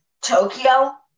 tokyo